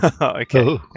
Okay